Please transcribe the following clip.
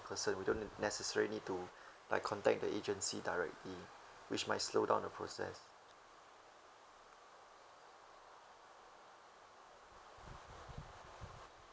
concerned we don't necessarily need to like contact the agency directly which might slow down the process